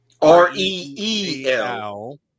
R-E-E-L